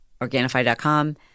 Organifi.com